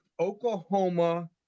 Oklahoma